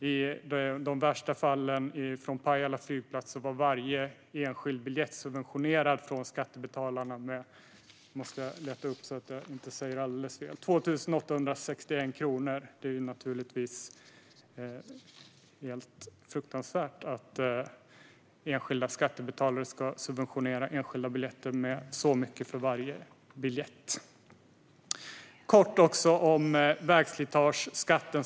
I de värsta fallen, från Pajala flygplats, var varje enskild biljett subventionerad av skattebetalarna med 2 861 kronor. Det är naturligtvis fruktansvärt att skattebetalarna ska subventionera enskilda biljetter med så mycket. Jag ska också säga något kort om vägslitageskatten.